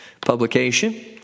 publication